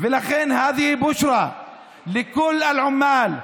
זו בשורה לכל העובדים,